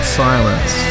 silence